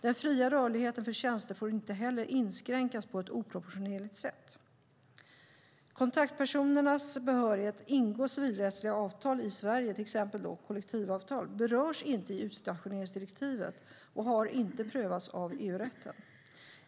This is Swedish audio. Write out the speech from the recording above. Den fria rörligheten för tjänster får inte heller inskränkas på ett oproportionerligt sätt. Kontaktpersonernas behörighet att ingå civilrättsliga avtal i Sverige, till exempel kollektivavtal, berörs inte i utstationeringsdirektivet och har inte prövats av EU-rätten.